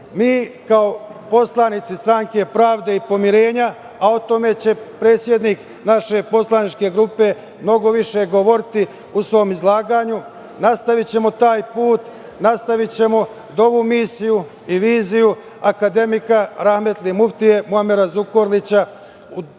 kao poslanici Stranke pravde i pomirenja, a o tome će predsednik naše poslaničke grupe mnogo više govoriti u svom izlaganju, nastavićemo taj put. Nastavićemo da ovu misiju i viziju akademika rahmetli muftije Muamera Zukorlića